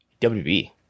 WB